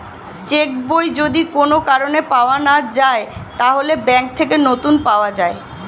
check বই যদি কোন কারণে পাওয়া না যায়, তাহলে ব্যাংক থেকে নতুন পাওয়া যায়